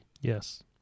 yes